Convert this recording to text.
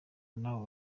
n’abo